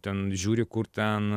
ten žiūri kur ten